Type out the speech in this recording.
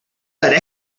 that